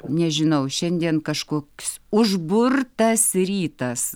nežinau šiandien kažkoks užburtas rytas